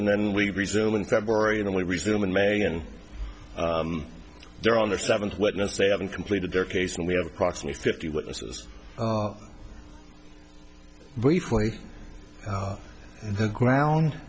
and we resume in may and they're on their seventh witness they haven't completed their case and we have approximately fifty witnesses briefly and the ground